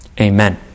Amen